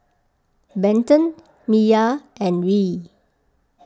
Benton Miya and Reed